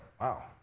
wow